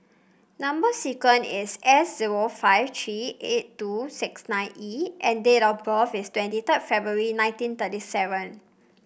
number sequence is S zero five three eight two six nine E and date of birth is twenty third February nineteen thirty seven